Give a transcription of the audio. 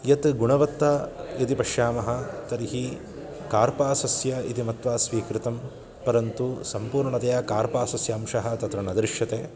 यत् गुणवत्ता यदि पश्यामः तर्हि कार्पासस्य इति मत्वा स्वीकृतं परन्तु सम्पूर्णतया कार्पासस्य अंशः तत्र न दृश्यते